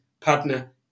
partner